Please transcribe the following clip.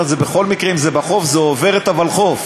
שבכל מקרה אם זה בחוף זה עובר את הוולחו"ף,